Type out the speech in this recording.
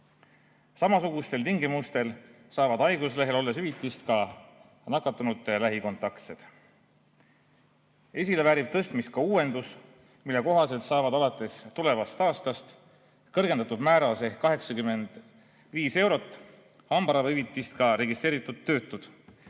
Samasugustel tingimustel saavad haiguslehel olles hüvitist ka nakatunute lähikontaktsed. Esile väärib tõstmist ka uuendus, mille kohaselt saavad alates tulevast aastast kõrgendatud määras ehk 85 eurot hambaravihüvitist ka registreeritud töötud